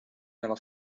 nella